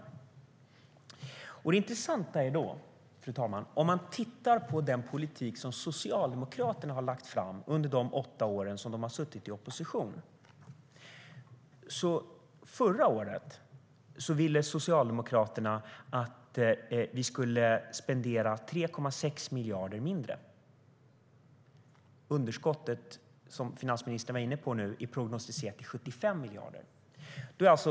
Det är då intressant, fru talman, att titta på den politik som Socialdemokraterna lade fram under de åtta år då de satt i opposition. Förra året ville Socialdemokraterna att vi skulle spendera 3,6 miljarder mindre. Underskottet är prognostiserat till 75 miljarder, som finansministern var inne på.